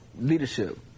Leadership